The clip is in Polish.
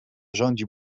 rządzi